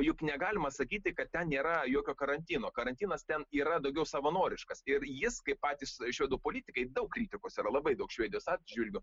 juk negalima sakyti kad ten nėra jokio karantino karantinas ten yra daugiau savanoriškas ir jis kaip patys švedų politikai daug kritikos yra labai daug švedijos atžvilgiu